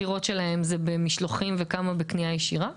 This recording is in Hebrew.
בבקשה.